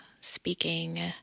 speaking